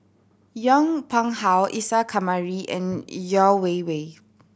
Yong Pung How Isa Kamari and Yeo Wei Wei